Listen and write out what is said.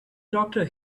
doctor